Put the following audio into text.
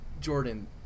Jordan